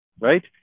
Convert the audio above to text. right